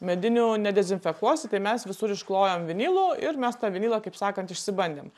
medinių nedezinfekuosi tai mes visur išklojom vinilu ir mes tą vinilą kaip sakant išsibandėm